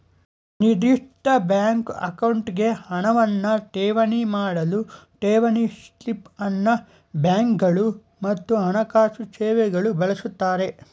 ನಿರ್ದಿಷ್ಟ ಬ್ಯಾಂಕ್ ಅಕೌಂಟ್ಗೆ ಹಣವನ್ನ ಠೇವಣಿ ಮಾಡಲು ಠೇವಣಿ ಸ್ಲಿಪ್ ಅನ್ನ ಬ್ಯಾಂಕ್ಗಳು ಮತ್ತು ಹಣಕಾಸು ಸೇವೆಗಳು ಬಳಸುತ್ತಾರೆ